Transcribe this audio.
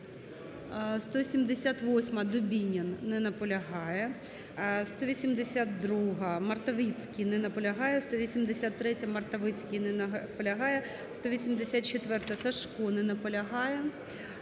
178-а. Дубінін. Не наполягає. 182-а. Мартовицький. Не наполягає. 183-а. Мартовицький. Не наполягає. 184-а. Сажко. Не наполягає.